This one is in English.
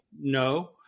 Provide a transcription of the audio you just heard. no